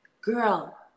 girl